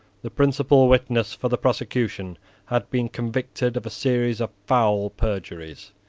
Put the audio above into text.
the principal witness for the prosecution had been convicted of a series of foul perjuries.